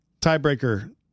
Tiebreaker